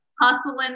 hustling